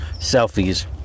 Selfies